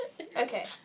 Okay